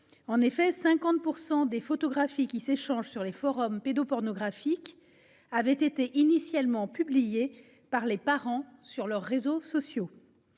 En effet, 50 % des photographies qui s'échangent sur les forums pédopornographiques avaient été initialement publiées par les parents sur leurs réseaux sociaux.